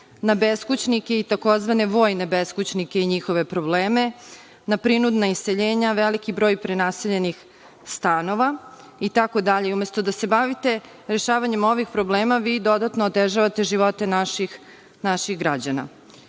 na beskućnike i tzv. vojne beskućnike i njihove probleme, na prinudna iseljenja, veliki broj prenaseljenih stanova itd. Umesto da se bavite rešavanjem ovih problema, vi dodatno otežavate živote naših građana. Predlog